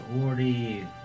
already